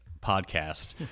podcast